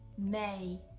may,